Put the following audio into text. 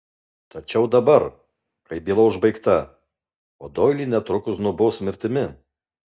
tačiau dabar kai byla užbaigta o doilį netrukus nubaus mirtimi